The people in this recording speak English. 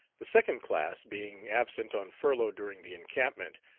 the second class being absent on furlough during the encampment,